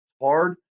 Hard